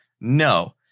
No